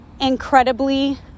incredibly